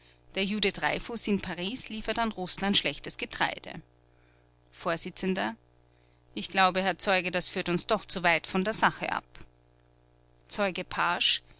der jude dreyfuß in paris liefert an rußland schlechtes getreide vors ich glaube herr zeuge das führt uns doch zuweit von der sache ab zeuge paasch